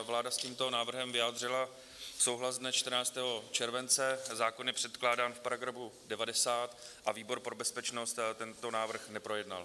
Vláda s tímto návrhem vyjádřila souhlas dne 14. července, zákon je předkládán v § 90 a výbor pro bezpečnost tento návrh neprojednal.